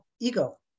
ego